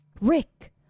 Rick